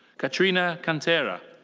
katrina cantera.